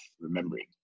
remembering